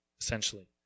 essentially